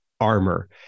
armor